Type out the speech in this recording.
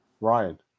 Ryan